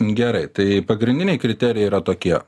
gerai tai pagrindiniai kriterijai yra tokie